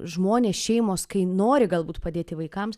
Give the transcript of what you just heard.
žmonės šeimos kai nori galbūt padėti vaikams